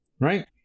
right